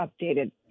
updated